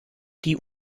die